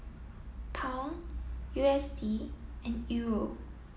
Pound U S D and Euro